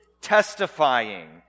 testifying